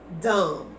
dumb